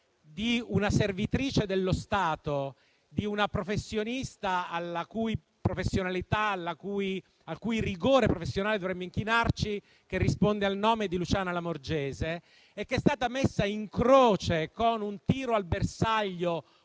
di una servitrice dello Stato, una professionista al cui rigore professionale dovremmo inchinarci, che risponde al nome di Luciana Lamorgese, che è stata messa in croce con un tiro al bersaglio